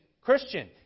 Christian